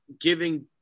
giving